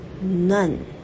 None